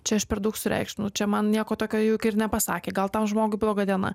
čia aš per daug sureikšminu čia man nieko tokio juk ir nepasakė gal tam žmogui bloga diena